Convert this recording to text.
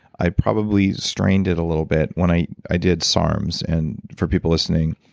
i probably strained it a little bit when i i did sarms and for people listening,